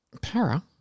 Para